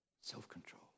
Self-control